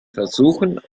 versuchen